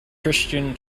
christian